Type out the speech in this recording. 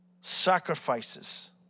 sacrifices